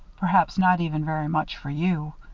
perhaps not even very much for you.